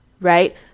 right